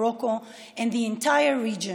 במרוקו ובאזור כולו: